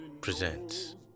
presents